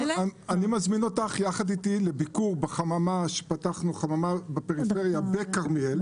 אני לא יודעת, לכל מי